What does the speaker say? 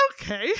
Okay